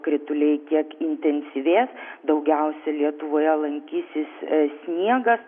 krituliai kiek intensyvės daugiausia lietuvoje laikysis sniegas